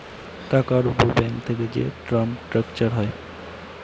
টাকার উপর ব্যাঙ্ক থেকে যে টার্ম স্ট্রাকচার হয়